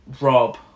Rob